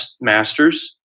master's